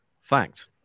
fact